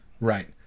Right